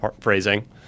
phrasing